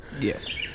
yes